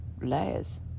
layers